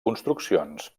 construccions